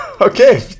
Okay